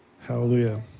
Hallelujah